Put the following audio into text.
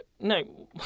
No